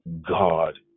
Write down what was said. God